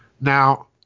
Now